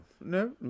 No